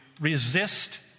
resist